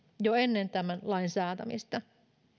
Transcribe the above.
jo ennen tämän lain säätämistä